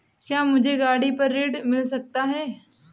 क्या मुझे गाड़ी पर ऋण मिल सकता है?